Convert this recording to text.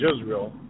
Israel